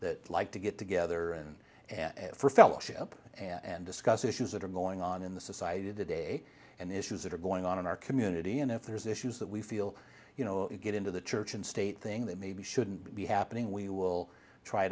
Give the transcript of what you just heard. that like to get together and fellowship and discuss issues that are going on in the society today and issues that are going on in our community and if there's issues that we feel you know get into the church and state thing that maybe shouldn't be happening we will try